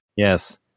Yes